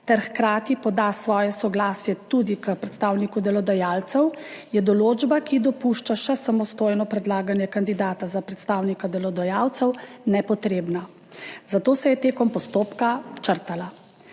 ter hkrati poda svoje soglasje tudi k predstavniku delodajalcev, določba, ki dopušča še samostojno predlaganje kandidata za predstavnika delodajalcev, nepotrebna, zato se je tekom postopka črtala.